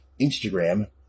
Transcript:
Instagram